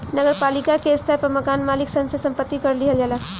नगर पालिका के स्तर पर मकान मालिक सन से संपत्ति कर लिहल जाला